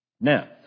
Now